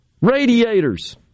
Radiators